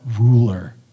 ruler